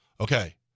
Okay